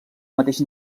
mateix